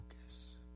focus